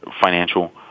financial